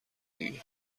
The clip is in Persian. دیگه